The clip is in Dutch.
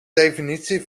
definitie